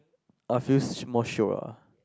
a few more show ah